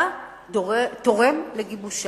אתה תורם לגיבושם.